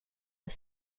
are